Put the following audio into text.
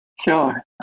Sure